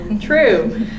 true